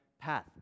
path